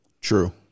True